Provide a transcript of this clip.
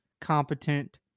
competent